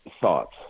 thoughts